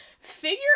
figure